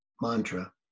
mantra